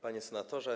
Panie Senatorze!